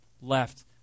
left